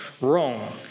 wrong